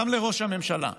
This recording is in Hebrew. גם לראש הממשלה,